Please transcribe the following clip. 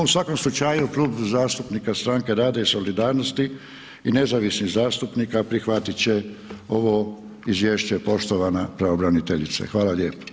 No u svakom slučaju, Klub zastupnika Stranke rada i solidarnosti i nezavisnih zastupnika prihvat će ovo izvješće, poštovana pravobraniteljice, hvala lijepo.